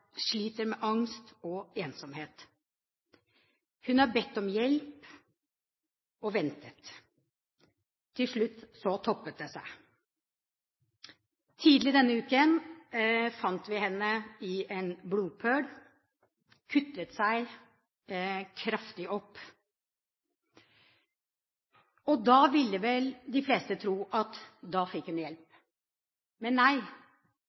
bedt om hjelp og har ventet. Til slutt toppet det seg. Tidlig denne uken fant vi henne i en blodpøl – hun hadde kuttet seg kraftig opp. Da ville vel de fleste tro at hun fikk hjelp, men nei.